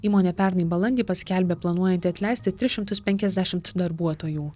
įmonė pernai balandį paskelbė planuojanti atleisti tris šimtus penkiasdešimt darbuotojų